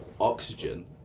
oxygen